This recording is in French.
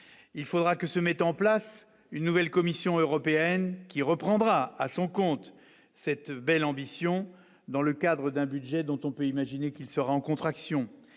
il faudra que se mette en place une nouvelle commission européenne qui reprendra à son compte cette belle ambition, dans le cadre d'un budget dont on peut imaginer qu'il sera en contraction,